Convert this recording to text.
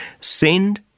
Send